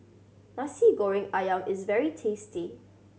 Nasi Goreng Ayam is very tasty